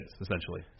essentially